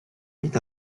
mit